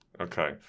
Okay